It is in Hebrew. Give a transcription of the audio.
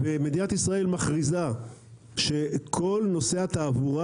מדינת ישראל מכריזה שכל נושא התעבורה